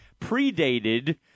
predated